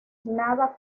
nada